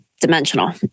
dimensional